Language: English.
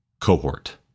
cohort